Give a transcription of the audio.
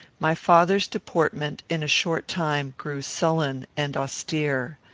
my father's deportment, in a short time, grew sullen and austere.